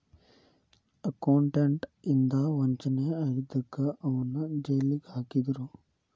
accountant ಇಂದಾ ವಂಚನೆ ಆಗಿದಕ್ಕ ಅವನ್ನ್ ಜೈಲಿಗ್ ಹಾಕಿದ್ರು